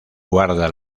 guarda